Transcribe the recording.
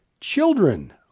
children